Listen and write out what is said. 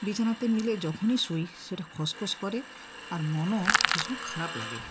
বিছানাতে মিলে যখনই শুই সেটা খসখস করে আর মনও ভীষণ খারাপ লাগে